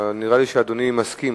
נראה לי שאדוני מסכים.